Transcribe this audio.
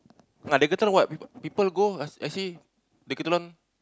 ah decathlon what people go I see decathlon